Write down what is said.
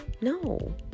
No